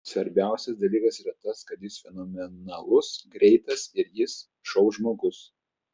svarbiausias dalykas yra tas kad jis fenomenalus greitas ir jis šou žmogus